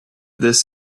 this